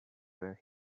were